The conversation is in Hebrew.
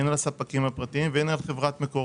הן על הספקים הפרטיים והן על חברת מקורות.